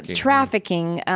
trafficking,